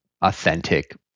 authentic